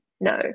no